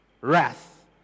wrath